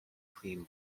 clean